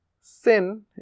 sin